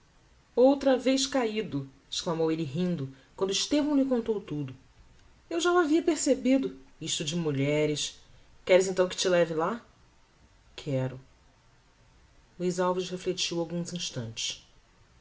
outra vez caido exclamou elle rindo quando estevão lhe contou tudo eu já o havia percebido isto de mulheres queres então que te leve lá quero luiz alves reflectiu alguns intantes